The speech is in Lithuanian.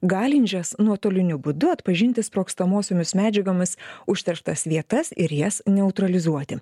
galinčias nuotoliniu būdu atpažinti sprogstamosiomis medžiagomis užterštas vietas ir jas neutralizuoti